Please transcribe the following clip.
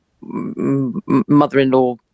mother-in-law